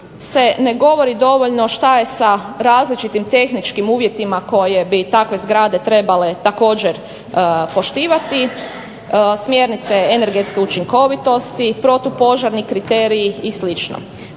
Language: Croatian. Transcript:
se ne govori dovoljno što je sa različitim tehničkim uvjetima koje bi takve zgrade trebale također poštivati, smjernice energetske učinkovitosti, protupožarni kriteriji i sl.